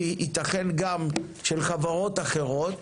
וייתכן גם של חברות אחרות,